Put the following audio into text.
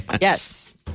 Yes